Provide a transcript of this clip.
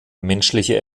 menschliche